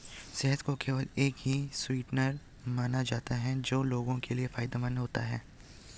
शहद को केवल एक स्वीटनर माना जाता था जो लोगों के लिए फायदेमंद होते हैं